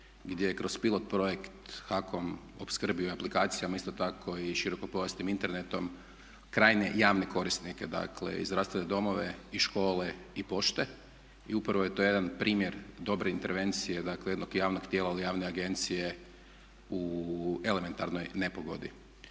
gdje je kroz pilot projekt HAKOM opskrbio aplikacijama, isto tako i širokopojasnim internetom krajnje javne korisnike. Dakle i zdravstvene domove i škole i pošte i upravo je to jedan primjer dobre intervencije, dakle jednog javnog dijela ove javne agencije u elementarnoj nepogodi.